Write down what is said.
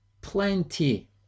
plenty